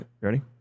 ready